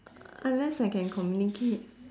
unless I can communicate